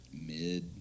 mid